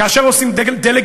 כאשר עושים דה-לגיטימציה